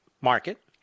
market